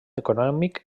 econòmic